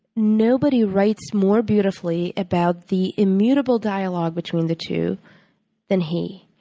nobody writes more beautifully about the immutable dialogue between the two than he.